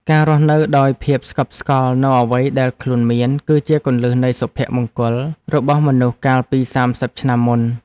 ការរស់នៅដោយភាពស្កប់ស្កល់នូវអ្វីដែលខ្លួនមាន គឺជាគន្លឹះនៃសុភមង្គលរបស់មនុស្សកាលពីសាមសិបឆ្នាំមុន។